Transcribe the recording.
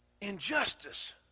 injustice